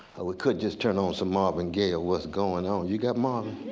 or we could just turn on some marvin gaye of what's going on. you got marvin.